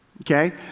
Okay